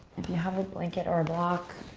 if you have a blanket or block.